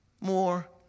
more